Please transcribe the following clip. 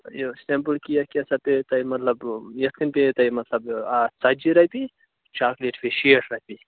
یہِ simple cake کیٛاہ سا پٮ۪وٕ تۄہہِ مطلب یتھٕ کٔنۍ پٮ۪وٕ تۄہہِ مطلب اَکھ ژتجی رۄپیہِ چاکلیٹ پیٚیہِ شیٹھ رۄپیہِ